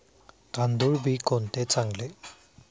तांदूळ बी कोणते चांगले?